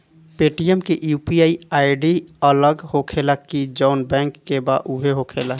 Paytm के UPI ID अलग होखेला की जाऊन बैंक के बा उहे होखेला?